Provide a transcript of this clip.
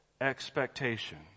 expectation